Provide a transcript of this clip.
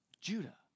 Judah